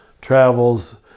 travels